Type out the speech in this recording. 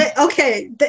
okay